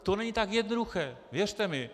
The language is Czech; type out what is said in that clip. To není tak jednoduché, věřte mi.